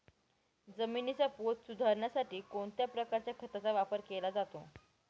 जमिनीचा पोत सुधारण्यासाठी कोणत्या प्रकारच्या खताचा वापर केला जातो?